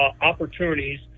opportunities